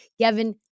Kevin